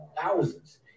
Thousands